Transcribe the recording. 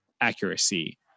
accuracy